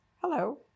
Hello